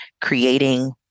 creating